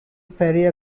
ferry